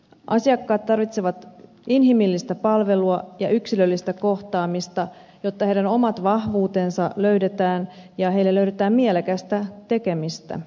asiakkaat tarvitsevat inhimillistä palvelua ja yksilöllistä kohtaamista jotta heidän omat vahvuutensa löydetään ja heille löydetään mielekästä tekemistä